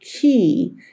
key